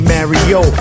Mario